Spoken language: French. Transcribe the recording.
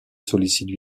sollicite